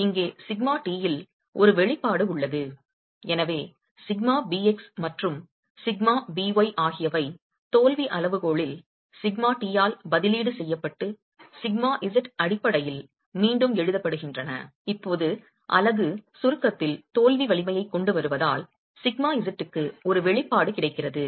எனவே இங்கே σt இல் ஒரு வெளிப்பாடு உள்ளது எனவே σbx மற்றும் σby ஆகியவை தோல்வி அளவுகோலில் σt ஆல் பதிலீடு செய்யப்பட்டு σz அடிப்படையில் மீண்டும் எழுதப்படுகின்றன இப்போது அலகு சுருக்கத்தில் தோல்வி வலிமையைக் கொண்டு வருவதால் σz க்கு ஒரு வெளிப்பாடு கிடைக்கிறது